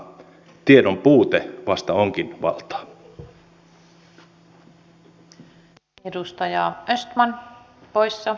tiedon puute vasta onkin valtaa